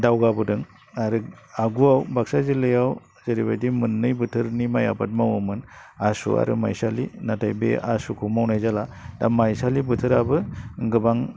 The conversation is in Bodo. दावगोबोदों आरो आगुयाव बाक्सा जिल्लायाव जेरैबायदि मोननै बोथोरनि माइ आबाद मावोमोन आसु आरो माइसालि नाथाय बे आसुखौ मावनाय जाला दा माइसालि बोथोराबो गोबां